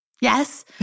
Yes